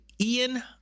ian